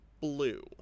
blue